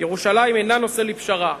"ירושלים אינה נושא לפשרה.